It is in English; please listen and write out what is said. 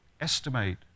estimate